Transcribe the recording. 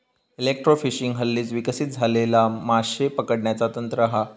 electrofishing हल्लीच विकसित झालेला माशे पकडण्याचा तंत्र हा